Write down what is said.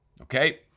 Okay